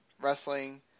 Wrestling